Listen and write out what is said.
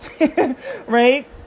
Right